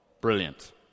brilliant